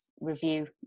review